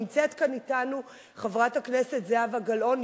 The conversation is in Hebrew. נמצאת כאן אתנו חברת הכנסת זהבה גלאון,